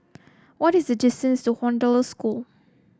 what is the distance to Hollandse School